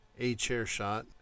achairshot